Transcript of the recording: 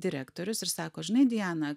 direktorius ir sako žinai diana